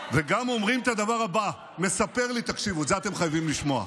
וגם אומרים את הדבר הבא, את זה אתם חייבים לשמוע.